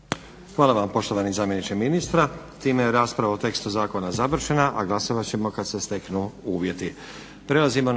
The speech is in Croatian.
Hvala vam poštovani zamjeniče ministra. Time je rasprava o tekstu zakona završena, a glasovat ćemo kad se steknu uvjeti.